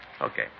Okay